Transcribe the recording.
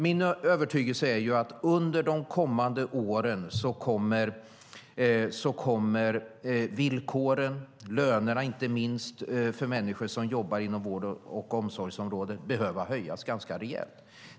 Min övertygelse är att villkoren för människor som jobbar inom vård och omsorgsområdet kommer att behöva förbättras under de kommande åren. Inte minst kommer lönerna att behöva höjas ganska rejält.